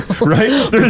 right